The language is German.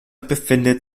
befindet